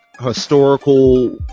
historical